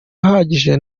ahagije